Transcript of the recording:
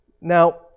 Now